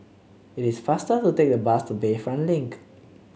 it is faster to take the bus to Bayfront Link